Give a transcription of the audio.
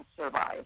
survive